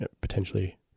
potentially